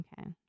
Okay